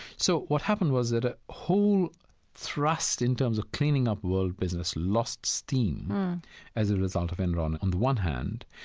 so what happened was that a whole thrust in terms of cleaning up world business lost steam as a result of enron, on the one hand,